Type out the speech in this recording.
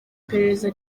iperereza